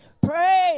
Praise